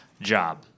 job